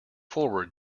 forward